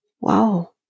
wow